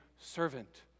servant